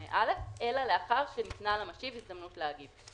(א) אלא לאחר שניתנה למשיב הזדמנות להגיב.